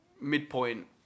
midpoint